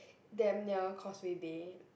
damn near Causeway Bay